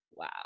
wow